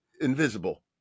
invisible